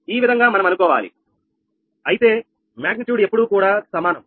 ఈ విధంగా మనం అనుకోవాలి అయితే మాగ్నిట్యూడ్ ఎప్పుడూ కూడా సమానం